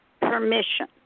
permission